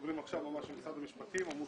סוגרים עכשיו ממש עם משרד המשפטים וזה אמור